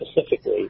specifically